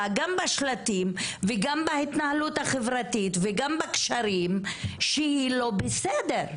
גם בשלטים וגם בהתנהלות החברתית שהיא לא בסדר,